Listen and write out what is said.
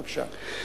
בבקשה.